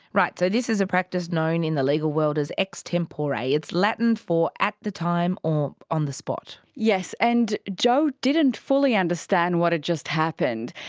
right, so this is a practice known in the legal world as ex tempore, tempore, it's latin for at the time or on the spot. yes, and joe didn't fully understand what had just happened.